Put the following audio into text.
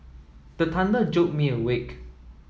the thunder jolt me awake